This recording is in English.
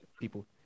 people